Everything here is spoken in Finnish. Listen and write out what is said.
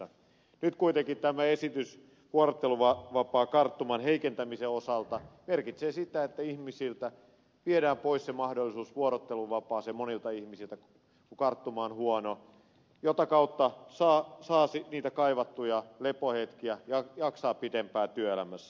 nyt kuitenkin tämä esitys vuorotteluvapaan eläkekarttuman heikentämisen osalta merkitsee sitä että kun karttuma on huono monilta ihmisiltä viedään pois mahdollisuus vuorotteluvapaaseen jota kautta saa niitä kaivattuja lepohetkiä ja jaksaa pidempään työelämässä